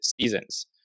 seasons